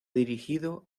dirigido